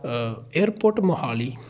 airport Mohali